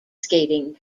skating